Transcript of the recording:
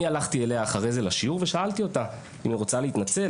אני הלכתי אליה אחרי זה לשיעור ושאלתי אותה אם היא רוצה להתנצל,